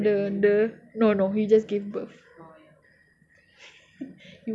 sebab dia orang cakap bila dia orang buat and the the no no he just gave birth